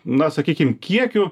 na sakykim kiekiu